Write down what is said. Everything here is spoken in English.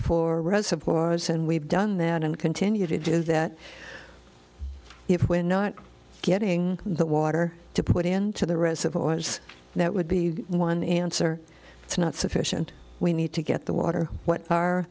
for reservoirs and we've done that and continue to do that if we're not getting the water to put into the reservoir as that would be one answer it's not sufficient we need to get the water what are